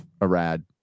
Arad